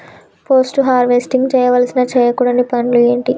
Post harvesting చేయవలసిన చేయకూడని పనులు ఏంటి?